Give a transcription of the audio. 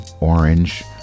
orange